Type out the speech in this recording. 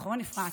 נכון, אפרת?